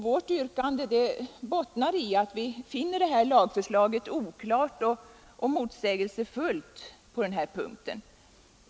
Vårt yrkande bottnar i att vi finner lagförslaget oklart och motsägelsefullt på denna punkt.